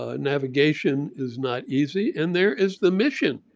ah navigation is not easy, and there is the mission,